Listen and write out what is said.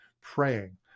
praying